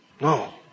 No